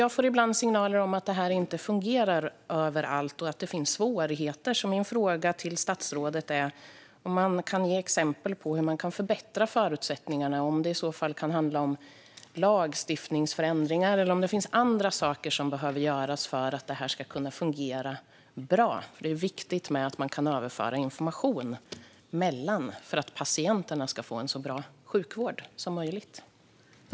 Jag får ibland signaler om att detta inte fungerar överallt och att det finns svårigheter. Min fråga till statsrådet är om han kan ge exempel på hur man kan förbättra förutsättningarna, och om det i så fall kan handla om lagstiftningsförändringar eller om det finns andra saker som behöver göras för att detta ska kunna fungera bra. Det är viktigt att man kan överföra information mellan olika delar av vården för att patienterna ska få en så bra sjukvård som möjligt.